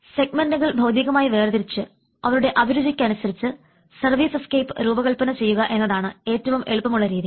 സെഗ്മെന്റുകൾ ഭൌതികമായി വേർതിരിച്ച് അവരുടെ അഭിരുചിക്കനുസരിച്ച് സർവീസസ്കേപ്പ് രൂപകൽപന ചെയ്യുക എന്നതാണ് ഏറ്റവും എളുപ്പമുള്ള രീതി